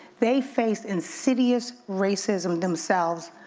they face insidious racism themselves,